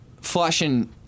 Flushing